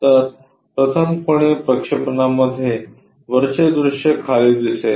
तर प्रथम कोनीय प्रक्षेपणामध्ये वरचे दृश्य खाली दिसेल